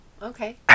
Okay